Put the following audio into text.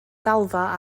ddalfa